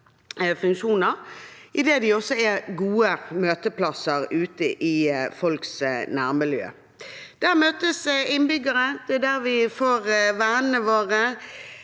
funksjoner, idet de også er gode møteplasser ute i folks nærmiljø. Der møtes innbyggere, det er der vi får vennene våre,